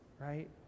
right